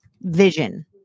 vision